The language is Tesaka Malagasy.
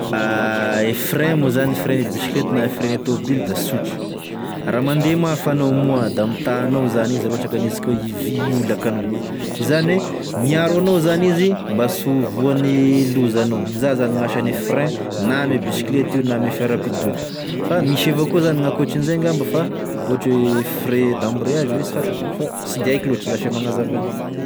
E frein moa zany, e frein an'ny bisikileta na frein e tomobily da sotra, raha mandeha mafy anao moa da mitahy anao zany izy raha ohatry ka aniatsika oe hivi- hiolaka anao, izany oe miaro anao zany izy mba sy ho voan'ny loza anao, izà zany gn'asane frein, na ame bisikilety io na ame fiarakodia, fa misy avao koa zany gn'ankoatran'izay ngamba fa ohatry oe frein d'embrayage ve sy fantako fa sy de haiko lôtry zasy e magnazava anazy.